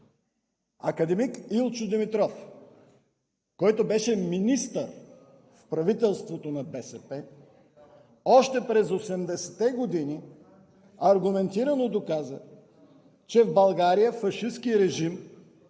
Академик Илчо Димитров, който беше министър в правителството на БСП, още през 80-те години аргументирано доказа, че в България фашистки режим,